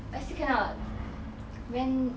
I still cannot when